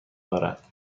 دارد